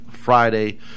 Friday